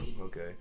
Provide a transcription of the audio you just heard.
Okay